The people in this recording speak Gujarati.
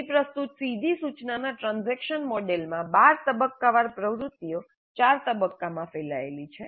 અહીં પ્રસ્તુત સીધી સૂચનાના ટ્રાન્ઝેક્શન મોડેલમાં 12 તબક્કાવાર પ્રવૃત્તિઓ 4 તબક્કામાં ફેલાયેલી છે આપણે તે જોયું છે